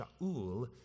Sha'ul